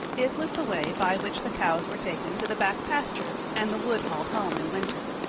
it was the way by which the cows were taken to the back pasture and the wood hauled home in winter.